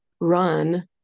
run